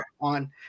on